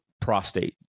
prostate